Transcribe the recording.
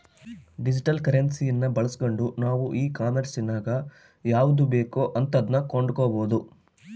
digital ಕರೆನ್ಸಿಯನ್ನ ಬಳಸ್ಗಂಡು ನಾವು ಈ ಕಾಂಮೆರ್ಸಿನಗ ಯಾವುದು ಬೇಕೋ ಅಂತದನ್ನ ಕೊಂಡಕಬೊದು